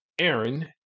Aaron